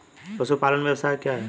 पशुपालन व्यवसाय क्या है?